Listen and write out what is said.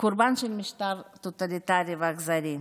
קורבן של משטר טוטליטרי ואכזרי.